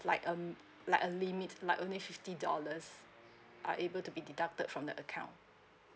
like um like a limit like only fifty dollars are able to be deducted from the account